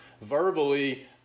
Verbally